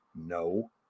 no